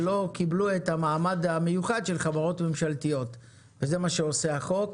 שלא קיבלו את המעמד המיוחד של חברות ממשלתיות וזה מה שעושה החוק.